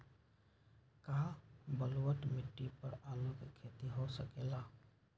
का बलूअट मिट्टी पर आलू के खेती हो सकेला?